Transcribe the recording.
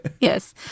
Yes